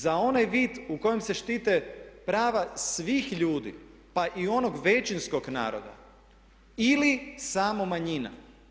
Za onaj vid u kojem se štite prava svih ljudi pa i onog većinskog naroda ili samo manjina.